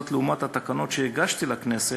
זאת, לעומת התקנות שהגשתי לכנסת,